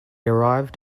arrived